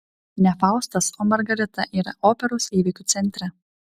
ne faustas o margarita yra operos įvykių centre